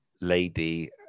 lady